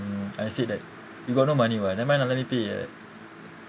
mm I said that you got no money what never mind lah let me pay ah